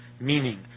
meaning